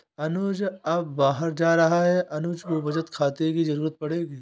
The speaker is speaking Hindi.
अनुज अब बाहर जा रहा है अनुज को बचत खाते की जरूरत पड़ेगी